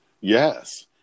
yes